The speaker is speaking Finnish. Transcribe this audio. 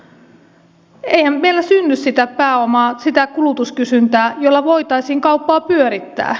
eihän meillä synny sitä pääomaa sitä kulutuskysyntää jolla voitaisiin kauppaa pyörittää